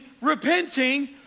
repenting